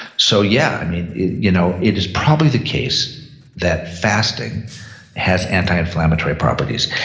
so, yeah, i mean, it you know it is probably the case that fasting has anti-inflammatory properties.